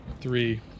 Three